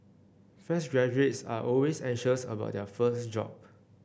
fresh graduates are always anxious about their first job